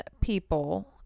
people